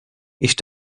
ich